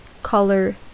color